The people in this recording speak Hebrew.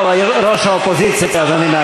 טוב, ראש האופוזיציה, אדוני.